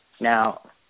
Now